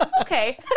okay